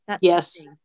Yes